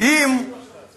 אם